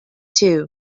two